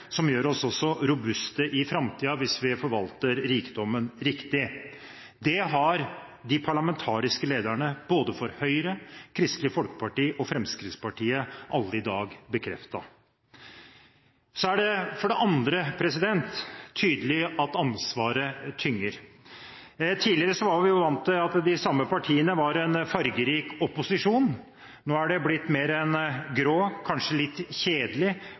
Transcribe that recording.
også gjør oss robuste i framtiden hvis vi forvalter rikdommen riktig. Det har de parlamentariske lederne både for Høyre, Kristelig Folkeparti og Fremskrittspartiet alle i dag bekreftet. For det andre er det tydelig at ansvaret tynger. Tidligere var vi vant til at de samme partiene var en fargerik opposisjon. Nå er de blitt en grå, kanskje litt kjedelig